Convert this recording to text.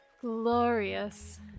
glorious